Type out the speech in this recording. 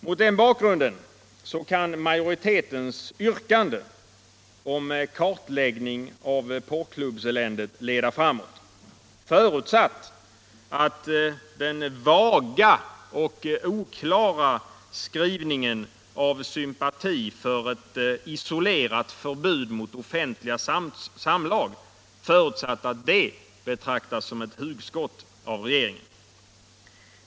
Mot den bakgrunden kan majoritetens yrkande om kartläggning av porrklubbseländet leda framåt, förutsatt att den vaga och oklara skrivning av sympati för ett isolerat förbud mot offentliga samlag betraktas som cett hugskott av regeringen.